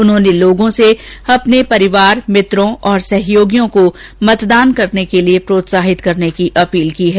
उन्होंने लोगों से अपने परिवार मित्रों और सहयोगियों को मतदान करने के लिए प्रोत्साहित करने की अपील की है